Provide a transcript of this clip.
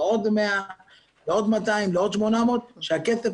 עוד 100 ועוד 200 ועוד 800 כדי שהכסף